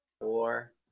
four